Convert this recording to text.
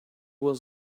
was